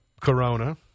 Corona